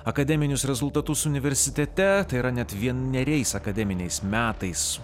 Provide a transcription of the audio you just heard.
akademinius rezultatus universitete tai yra net vieneriais akademiniais metais